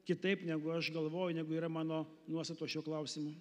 kitaip negu aš galvoju negu yra mano nuostatos šiuo klausimu